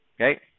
okay